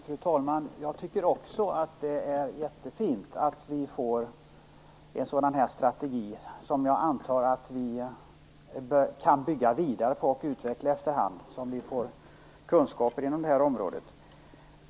Fru talman! Jag tycker också att det är jättefint att vi får en sådan här strategi. Jag antar att vi kan bygga vidare på och utveckla den efter hand som vi får kunskaper inom det här området.